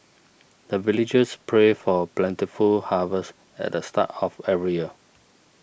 the villagers pray for plentiful harvest at the start of every year